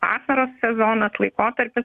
vasaros sezonas laikotarpis